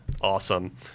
Awesome